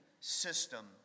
system